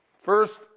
First